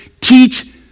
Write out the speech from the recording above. Teach